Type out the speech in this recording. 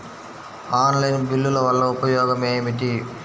Online బిల్లుల వల్ల ఉపయోగమేమిటీ?